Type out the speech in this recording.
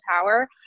Tower